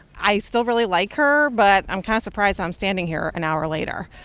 i still really like her, but i'm kind of surprised i'm standing here an hour later.